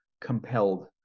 compelled